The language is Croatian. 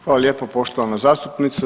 Hvala lijepa poštovana zastupnice.